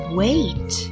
wait